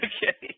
Okay